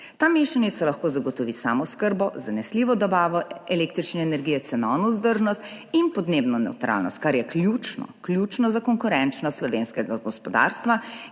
Ta mešanica lahko zagotovi samooskrbo, zanesljivo dobavo električne energije, cenovno vzdržnost in podnebno nevtralnost, kar je ključno za konkurenčnost slovenskega gospodarstva